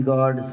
God